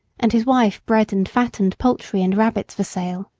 and his wife bred and fattened poultry and rabbits for sale.